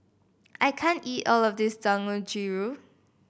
I can't eat all of this Dangojiru